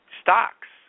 stocks